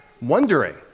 wondering